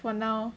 for now